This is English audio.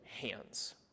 hands